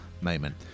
moment